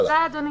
הלאה.